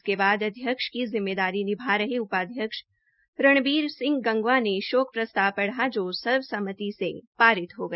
इसके बाद अध्यक्ष की जिम्मेदारी निभा रहे उपाधयक्ष रण्बीर सिंह गंगवा ने शोक प्रस्ताव पढ़ा जो सर्व सम्मति से पारित हो गया